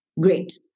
Great